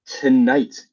Tonight